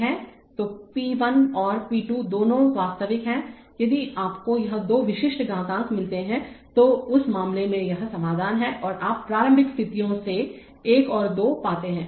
तो पी 1 और पी 2 दोनों वास्तविक हैं यदि आपको यह दो विशिष्ट घातांक मिलते हैं तो उस मामले में यह समाधान है और आप प्रारंभिक स्थितियों से 1 और 2 पाते हैं